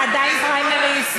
זה עדיין פריימריז.